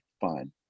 fine